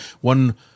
one